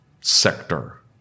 sector